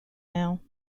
now